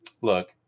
look